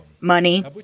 money